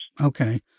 Okay